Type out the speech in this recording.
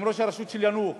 גם ראש הרשות של יאנוח,